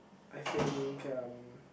I think um